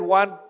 one